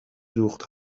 دوخت